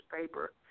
paper